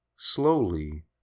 Slowly